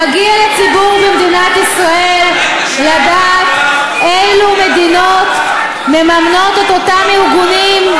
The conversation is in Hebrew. מגיע לציבור במדינת ישראל לדעת אילו מדינות מממנות את אותם ארגונים.